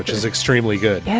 is extremely good yeah